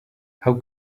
how